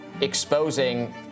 exposing